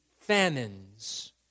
famines